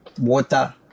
water